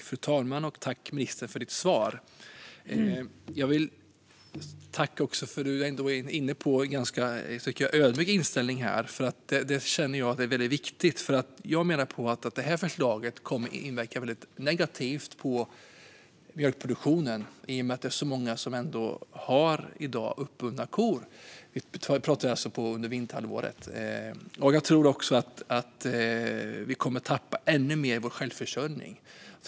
Fru talman! Tack, ministern, för svaret! Jag vill också tacka för att du ändå har en ganska ödmjuk inställning. Det är viktigt. Jag menar att det här förslaget kommer att inverka negativt på mjölkproduktionen i och med att det i dag är många som har uppbundna kor under vinterhalvåret. Jag tror också att vi kommer att tappa ännu mer av vår självförsörjning.